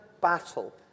battle